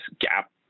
gap